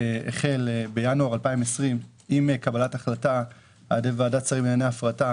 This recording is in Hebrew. שהחל בינואר 2020 עם קבלת החלטה של ועדת שרים לענייני הפרטה.